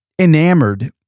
enamored